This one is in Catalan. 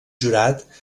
jurat